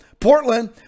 Portland